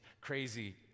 crazy